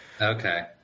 Okay